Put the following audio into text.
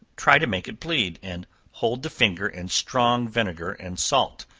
try to make it bleed, and hold the finger in strong vinegar and salt,